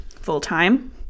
full-time